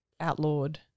outlawed